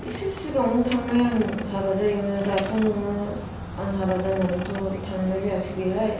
एसे सिगाङावनो थांनाय आं हाबा जायैआवनो दाथ' नोङो आं हाबा जानानैथ' थांनाय जायाखिसै बेहाय